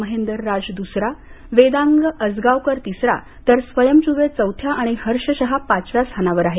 महेंदर राज दुसरा वेदांग आसगावकर तिसरा तर स्वयं चूबे चौथ्या आणि हर्ष शाह पाचव्या स्थानावर आहे